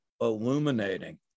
illuminating